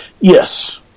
Yes